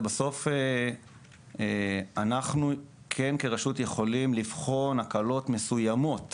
אנחנו כרשות יכולים לבחון הקלות מסוימות